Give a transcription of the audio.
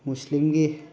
ꯃꯨꯁꯂꯤꯝꯒꯤ